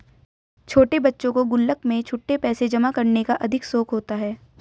छोटे बच्चों को गुल्लक में छुट्टे पैसे जमा करने का अधिक शौक होता है